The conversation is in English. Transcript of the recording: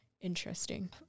Interesting